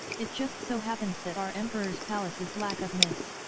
it just so happens that our emperor's palace is lack of miss.